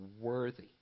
worthy